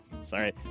Sorry